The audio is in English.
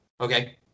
Okay